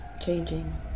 changing